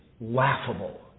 laughable